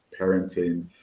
parenting